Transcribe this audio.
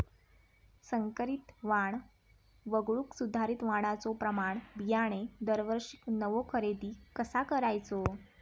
संकरित वाण वगळुक सुधारित वाणाचो प्रमाण बियाणे दरवर्षीक नवो खरेदी कसा करायचो?